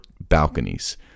balconies